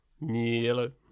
Yellow